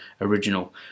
original